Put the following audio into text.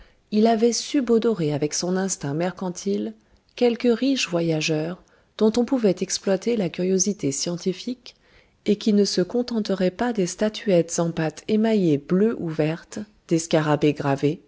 il avait subodoré avec son instinct mercantile quelque riche voyageur dont on pouvait exploiter la curiosité scientifique et qui ne se contenterait pas des statuettes en pâte émaillée bleue ou verte des scarabées gravés